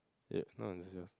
ya not